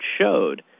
showed